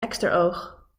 eksteroog